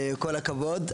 אז כל הכבוד.